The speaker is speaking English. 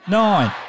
nine